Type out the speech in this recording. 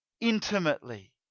intimately